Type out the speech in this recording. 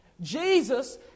Jesus